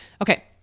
Okay